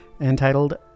entitled